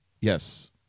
Yes